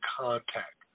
contact